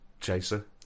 chaser